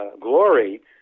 glory